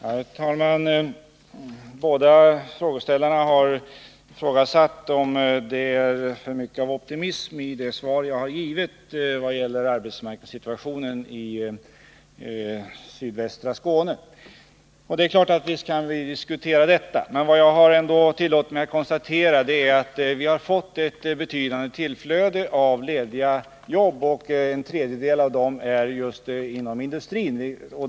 Herr talman! Båda frågeställarna har ifrågasatt om det inte är för mycket av optimism i det svar jag har givit vad gäller arbetsmarknadssituationen i sydvästra Skåne. Naturligtvis kan vi diskutera detta, men det jag trots allt tillåtit mig att konstatera är att vi har fått ett betydande tillflöde av lediga jobb och att en tredjedel av dem finns just inom industrin.